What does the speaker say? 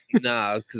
Nah